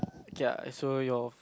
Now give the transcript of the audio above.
K ah so your